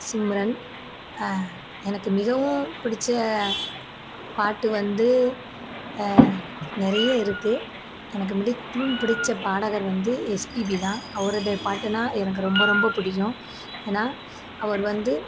சிம்ரன் எனக்கு மிகவும் பிடித்த பாட்டு வந்து நிறைய இருக்கு எனக்கு மிகவும் பிடித்த பாடகர் வந்து எஸ்பிபி தான் அவருடைய பாட்டுனா எனக்கு ரொம்ப ரொம்ப பிடிக்கும் ஏன்னா அவர் வந்து